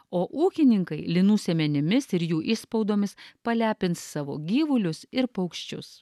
o ūkininkai linų sėmenimis ir jų išspaudomis palepins savo gyvulius ir paukščius